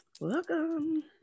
welcome